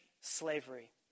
slavery